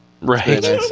Right